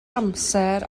amser